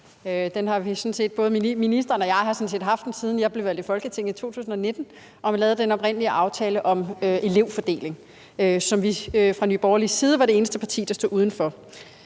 en ny debat. Ministeren og jeg har sådan set haft den, siden jeg blev valgt til Folketinget 2019 og vi lavede den oprindelige aftale om elevfordeling, som vi fra Nye Borgerliges side var de eneste der stod uden for.